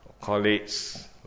colleagues